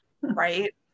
right